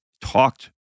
talked